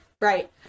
right